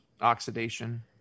oxidation